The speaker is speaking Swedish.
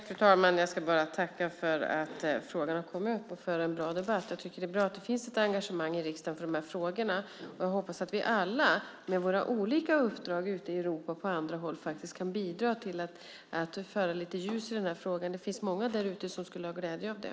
Fru talman! Jag ska bara tacka för att frågan har kommit upp och för en bra debatt. Det är bra att det finns ett engagemang i riksdagen för frågorna. Jag hoppas att vi alla med våra olika uppdrag ute i Europa och på andra håll kan bidra till att föra lite ljus i den här frågan. Det finns många därute som skulle ha glädje av det.